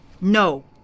no